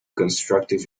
constructive